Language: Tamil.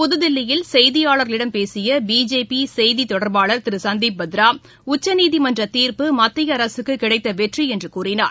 புதுதில்லியில் செய்தியாளர்களிடம் பேசிய பிஜேபி செய்தித் தொடர்பாளர் திரு சந்திப் பத்ரா உச்சநீதிமன்ற தீர்ப்பு மத்திய அரசுக்கு கிடைத்த வெற்றி என்று கூறினார்